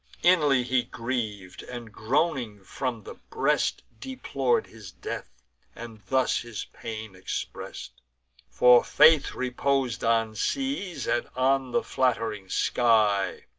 inly he griev'd, and, groaning from the breast, deplor'd his death and thus his pain express'd for faith repos'd on seas, and on the flatt'ring sky,